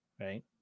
Right